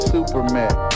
Superman